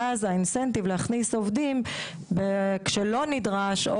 ואז ה-incentive להכניס עובדים כשלא נדרש,